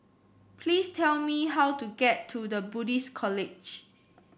please tell me how to get to The Buddhist College